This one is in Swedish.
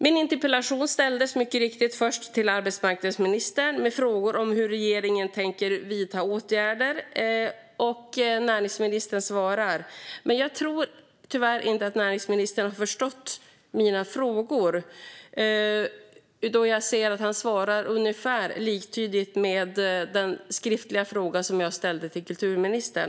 Min interpellation ställdes mycket riktigt först till arbetsmarknadsministern med frågor om hur regeringen tänker vidta åtgärder, och näringsministern besvarar den. Jag tror dock att näringsministern tyvärr inte har förstått mina frågor, då jag ser att han svarar ungefär liktydigt med det svar jag fått på den skriftliga fråga som jag ställt till kulturministern.